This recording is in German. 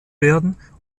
werden